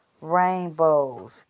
rainbows